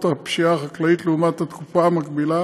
הפשיעה החקלאית לעומת התקופה המקבילה